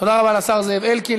תודה רבה לשר זאב אלקין.